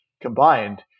combined